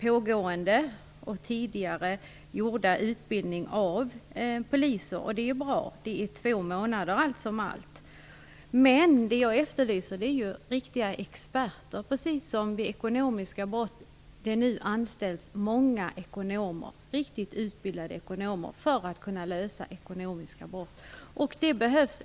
pågår och tidigare har genomförts utbildning av poliser i miljölagstiftning, vilket är bra. Utbildningen är två månader allt som allt. Men vad jag efterlyser är att man anställer riktiga experter på detta område precis som det nu anställs många riktigt utbildade ekonomer för att lösa ekonomiska brott.